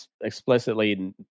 explicitly